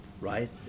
right